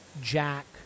Jack